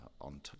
on